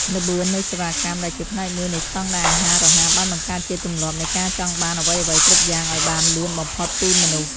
ល្បឿននៃសេវាកម្មដែលជាផ្នែកមួយនៃស្តង់ដារអាហាររហ័សបានបង្កើតជាទម្លាប់នៃការចង់បានអ្វីៗគ្រប់យ៉ាងឲ្យបានលឿនបំផុតពីមនុស្ស។